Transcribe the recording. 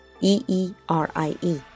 E-E-R-I-E